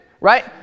right